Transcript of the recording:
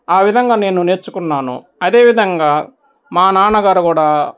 ఆ విధంగా నేను నేర్చుకున్నాను అదేవిధంగా మా నాన్నగారు కూడా